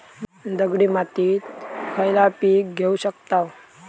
दगडी मातीत खयला पीक घेव शकताव?